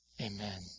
Amen